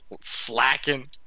slacking